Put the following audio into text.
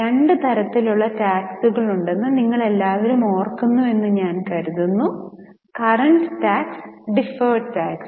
രണ്ട് തരത്തിലുള്ള റ്റാക്സ്കളുണ്ടെന്ന് നിങ്ങൾ എല്ലാവരും ഓർക്കുന്നുവെന്ന് ഞാൻ കരുതുന്നു കറന്റ് റ്റാക്സ് ഡിഫേർഡ് റ്റാക്സ്